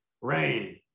rain